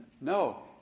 No